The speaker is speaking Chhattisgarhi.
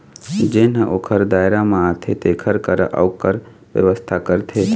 जेन ह ओखर दायरा म आथे तेखर करा अउ कर बेवस्था करथे